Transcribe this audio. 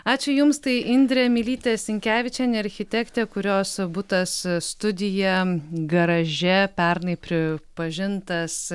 ačiū jums tai indrė mylytė sinkevičienė architektė kurios butas studija garaže pernai pripažintas